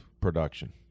production